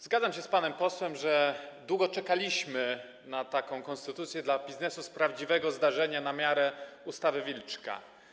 Zgadzam się z panem posłem, że długo czekaliśmy na taką konstytucję dla biznesu z prawdziwego zdarzenia, na miarę ustawy Wilczka.